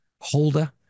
holder